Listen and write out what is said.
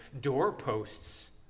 doorposts